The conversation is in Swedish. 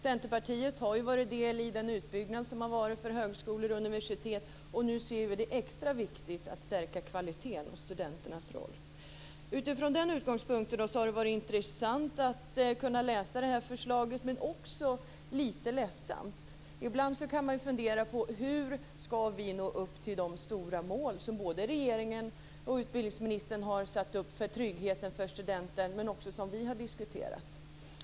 Centerpartiet har tagit del i den utbyggnad som har skett av högskolor och universitet, och nu ser vi det som extra viktigt att stärka kvaliteten och studenternas roll. Från denna utgångspunkt har det varit intressant att läsa detta förslag men också lite ledsamt. Ibland kan man fundera lite på hur vi ska nå upp till de stora mål som både regeringen och utbildningsministern har satt upp för tryggheten för studenter och som också vi har diskuterat.